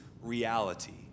reality